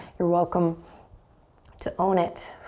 you're welcome to own it